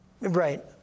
Right